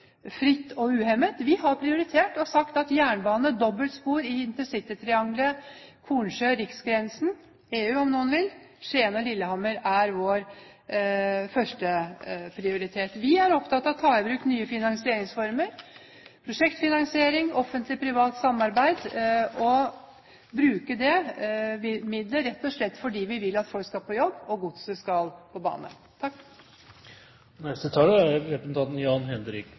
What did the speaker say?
fritt og uhemmet. Vi har prioritert og sagt at jernbane – dobbeltspor i intercitytriangelet, Kornsjø/riksgrensen, EU, om man vil, Skien og Lillehammer – er vår førsteprioritet. Vi er opptatt av å ta i bruk nye finansieringsformer – prosjektfinansiering og Offentlig Privat Samarbeid – og å bruke midler, rett og slett fordi vi vil at folk skal på jobb og gods skal på bane. Jeg er veldig tilfreds med at Fremskrittspartiet, Høyre og